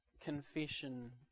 confession